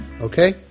Okay